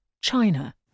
China